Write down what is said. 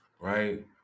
right